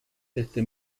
este